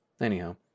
Anyhow